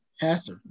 passer